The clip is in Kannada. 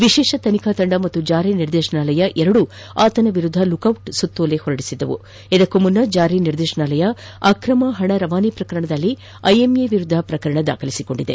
ವಿಶೇಷ ತನಿಖಾ ತಂದ ಮತ್ತು ಜಾರಿ ನಿರ್ದೇಶಾನಾಲಯ ಎರಡೂ ಆತನ ವಿರುದ್ದ ಲುಕ್ಔಟ್ ಸುತ್ತೋಲೆ ಹೊರಡಿಸಿದ್ದು ಇದಕ್ಕೂ ಮುನ್ನ ಜಾರಿ ನಿರ್ದೇಶಾನಾಲಯ ಅಕ್ರಮ ಹಣ ರವಾನೆ ಪ್ರಕರಣದಲ್ಲಿ ಐಎಂಎ ವಿರುದ್ದ ಪ್ರಕರಣ ದಾಖಲಿಸಿಕೊಂಡಿದೆ